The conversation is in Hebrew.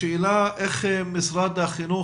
השאלה היא איך משרד החינוך